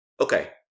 Okay